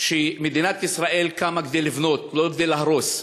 שמדינת ישראל קמה כדי לבנות, לא כדי להרוס.